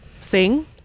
Sing